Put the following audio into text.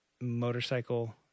motorcycle